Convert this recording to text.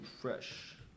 fresh